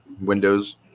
Windows